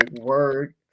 word